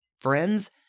Friends